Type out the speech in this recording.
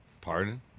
Pardon